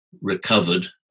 recovered